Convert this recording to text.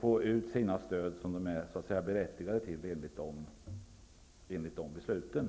få ut de stöd som de är berättigade till enligt dessa beslut.